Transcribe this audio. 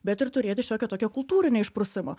bet ir turėti šiokio tokio kultūrinio išprusimo